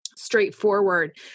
straightforward